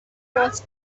was